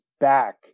back